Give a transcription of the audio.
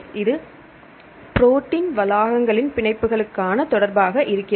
இது ப்ரோடீன் வளாகங்களின் பிணைப்புகளுக்கான தொடர்பாக இருக்கிறது